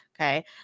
Okay